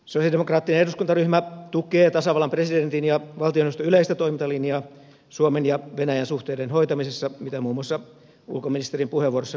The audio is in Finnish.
sosialidemokraattinen eduskuntaryhmä tukee tasavallan presidentin ja valtioneuvoston yleistä toimintalinjaa suomen ja venäjän suhteiden hoitamisessa mitä muun muassa ulkoministerin puheenvuorossa kuvattiin